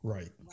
Right